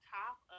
top